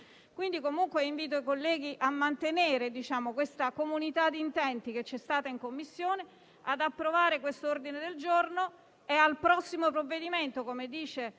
gli altri. Invito i colleghi a mantenere la comunità di intenti trovato in Commissione, ad approvare questo ordine del giorno e al prossimo provvedimento, come dice